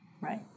Right